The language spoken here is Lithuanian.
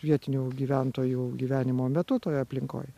vietinių gyventojų gyvenimo metu toj aplinkoj